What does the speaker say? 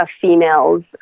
females